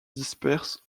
disperse